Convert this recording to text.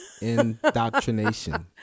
Indoctrination